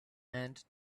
end